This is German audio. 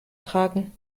tragen